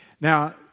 Now